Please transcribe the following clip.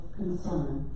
concern